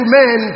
men